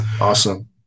Awesome